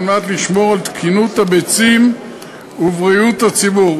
מנת לשמור על תקינות הביצים ובריאות הציבור,